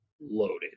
loaded